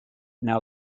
now